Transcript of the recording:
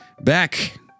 back